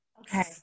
Okay